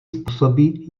způsoby